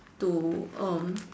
to um